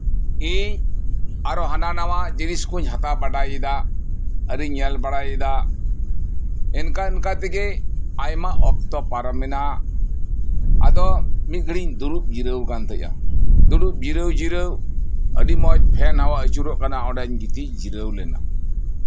ᱤᱧ ᱟᱨᱚ ᱦᱟᱱᱟ ᱱᱟᱣᱟ ᱡᱤᱱᱤᱥ ᱠᱚᱧ ᱦᱟᱛᱟ ᱵᱟᱲᱟᱭᱮᱫᱟ ᱟᱨᱤᱧ ᱧᱮᱞ ᱵᱟᱲᱟᱭᱮᱫᱟ ᱚᱱᱠᱟ ᱚᱱᱠᱟ ᱛᱮᱜᱮ ᱟᱭᱢᱟ ᱚᱠᱛᱚ ᱯᱟᱨᱚᱢᱮᱱᱟ ᱟᱫᱚ ᱢᱤᱫ ᱜᱷᱟᱹᱲᱤᱡ ᱤᱧ ᱫᱩᱲᱩᱵ ᱡᱤᱨᱟᱹᱣ ᱠᱟᱱ ᱛᱟᱸᱦᱮᱜᱼᱟ ᱫᱩᱲᱩᱵ ᱡᱤᱨᱟᱹᱣ ᱡᱤᱨᱟᱹᱣ ᱟᱹᱰᱤ ᱢᱚᱸᱡᱽ ᱯᱷᱮᱱ ᱦᱟᱣᱟ ᱟᱹᱪᱩᱨᱚᱜ ᱠᱟᱱᱟ ᱚᱸᱰᱮᱧ ᱜᱤᱛᱤᱡ ᱡᱤᱨᱟᱹᱣ ᱞᱮᱱᱟ